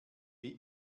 wie